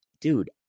Dude